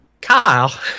Kyle